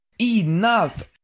Enough